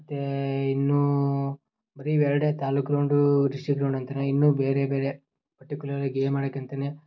ಮತ್ತೆ ಇನ್ನೂ ಬರೀ ಇವೆರಡೇ ತಾಲೂಕು ಗ್ರೌಂಡು ಡಿಸ್ಟ್ರಿಕ್ ಗ್ರೌಂಡ್ ಅಂತಾನೇ ಇನ್ನೂ ಬೇರೆ ಬೇರೆ ಪರ್ಟಿಕ್ಯುಲರ್ಲಿ ಗೇಮ್ ಆಡೋಕಂತಾನೆ